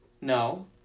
No